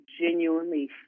genuinely